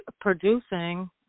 producing